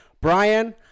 brian